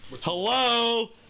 Hello